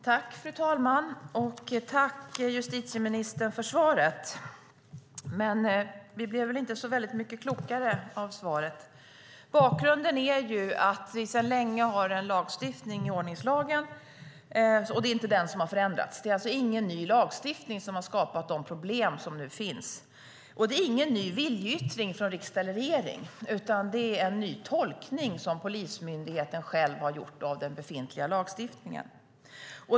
Fru talman! Tack, justitieministern, för svaret! Men vi blev inte så väldigt mycket klokare av svaret. Bakgrunden är en lagstiftning vi sedan länge har i ordningslagen. Det är inte den som har förändrats, det är alltså ingen ny lagstiftning som har skapat de problem som nu finns. Det är ingen ny viljeyttring från riksdag eller regering, utan det är en ny tolkning som polismyndigheten själv har gjort av den befintliga lagstiftningen.